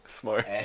Smart